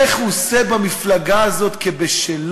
איך הוא עושה במפלגה הזאת כבשלו,